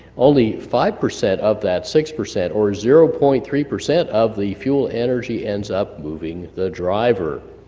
only five percent of that six percent, or zero point three percent of the fuel energy ends up moving the driver.